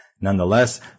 Nonetheless